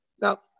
Now